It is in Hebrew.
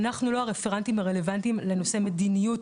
אנחנו לא הרפרנטים הרלוונטיים לנושא מדיניות